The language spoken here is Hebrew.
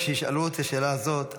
כשישאלו את השאלה הזאת,